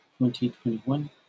2021